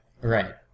Right